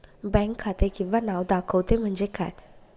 Bank खाते किंवा नाव दाखवते म्हणजे काय?